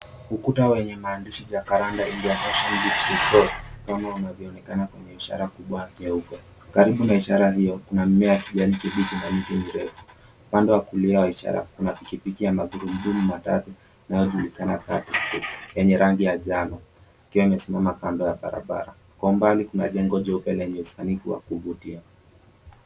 Ukuta wenye maandishi, "JACARANDA INDIAN OCEAN BEACH RESORT" kama yanavyoonekana kwenye ishara kubwa jeupe. Karibu na ishara hio kuna mimea ya kijani kibichi na miti mirefu. Upande wa kulia wa ishara kuna pikipiki ya magurudumu matatu inayojulikana kama tuktuk yenye rangi ya njano ikiwa imesimama kando ya barabara. Kwa umbali kuna jengo kubwa lenye usanifu wa kuvutia.